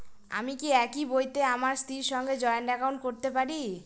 আমি কি একই বইতে আমার স্ত্রীর সঙ্গে জয়েন্ট একাউন্ট করতে পারি?